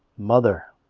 mother.